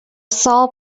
salt